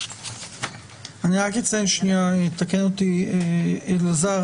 אני אציין ויתקן אותי היועץ המשפטי